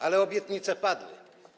Ale obietnice padły.